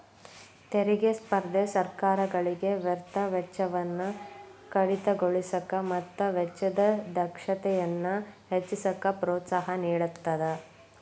ತೆರಿಗೆ ಸ್ಪರ್ಧೆ ಸರ್ಕಾರಗಳಿಗೆ ವ್ಯರ್ಥ ವೆಚ್ಚವನ್ನ ಕಡಿತಗೊಳಿಸಕ ಮತ್ತ ವೆಚ್ಚದ ದಕ್ಷತೆಯನ್ನ ಹೆಚ್ಚಿಸಕ ಪ್ರೋತ್ಸಾಹ ನೇಡತದ